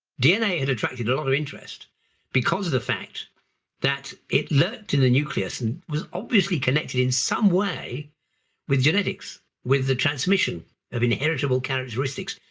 dna had attracted a lot of interest because of the fact that it lurked in the nucleus and was obviously connected in some way with genetics with the transmission of inheritable characteristics.